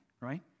right